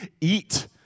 eat